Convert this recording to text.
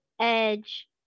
edge